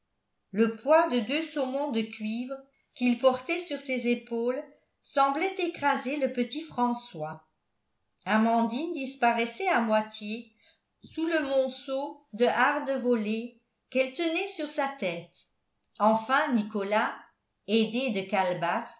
le poids de deux saumons de cuivre qu'il portait sur ses épaules semblait écraser le petit françois amandine disparaissait à moitié sous le monceau de hardes volées qu'elle tenait sur sa tête enfin nicolas aidé de calebasse